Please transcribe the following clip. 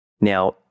Now